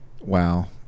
Wow